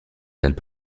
alpes